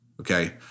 Okay